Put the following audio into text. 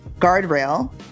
guardrail